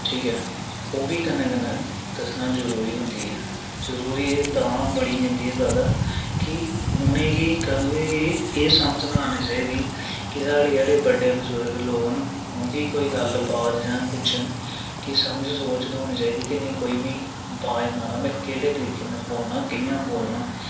ठीक ऐ ओह्बी कन्नै कन्नै दस्सना जरूरी होंदी ऐ जरूरी एह् तां बनी जंदी जादा की उनेंगी एह् कदें बी समझ निं आना चाहिदी की साढ़े जेह्ड़े बड्डे बजुर्ग लोक न उं'दी कोई गल्ल बात जां कुछ एह् समझ सोच ते होना चाहिदी की चलो कुछ बाज मारने कन्नै केह्ड़े तरीके कन्नै बोलना कि'यां बोलना